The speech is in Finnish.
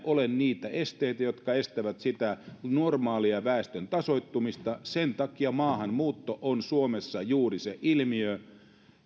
ole niitä esteitä jotka estävät sitä normaalia väestön tasoittumista sen takia maahanmuutto on suomessa juuri se ilmiö